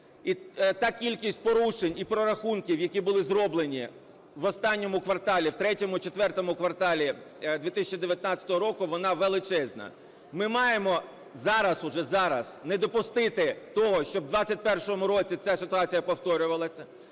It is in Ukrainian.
І та кількість порушень і прорахунків, які були зроблені в останньому кварталі, в III і IV кварталі 2019 року, вона величезна. Ми маємо зараз уже зараз не допустити того, щоб в 2021 році ця ситуація повторювалася.